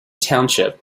township